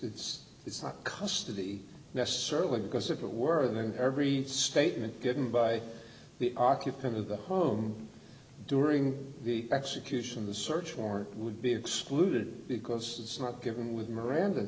not custody necessarily because if it were then every statement given by the occupant of the home during the execution the search warrant would be excluded because it's not given with miranda